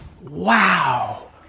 Wow